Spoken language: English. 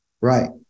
Right